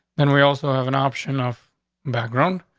then we also have an option off background.